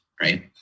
right